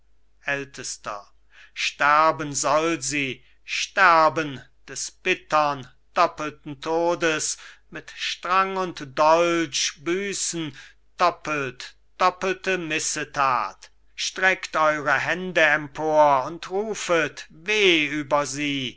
ältester sterben soll sie sterben des bittern doppelten todes mit strang und dolch büßen doppelt doppelte missetat streckt eure hände empor und rufet weh über sie